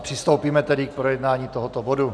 Přistoupíme tedy k projednání tohoto bodu.